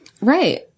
Right